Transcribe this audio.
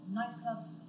nightclubs